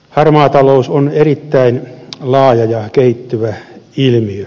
harmaa talous on erittäin laaja ja kehittyvä ilmiö